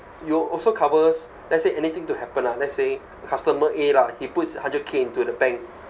it will also covers let's say anything to happen lah let's say customer A lah he puts hundred K into the bank